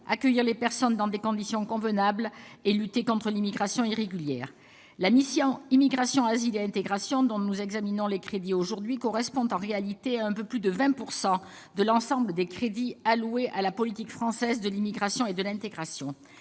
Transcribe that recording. accueillir les personnes dans des conditions convenables et lutter contre l'immigration irrégulière. La mission « Immigration, asile et intégration », dont nous examinons les crédits aujourd'hui, correspond en réalité à un peu plus de 20 % de l'ensemble des crédits alloués à la politique française de l'immigration et de l'intégration.